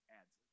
adds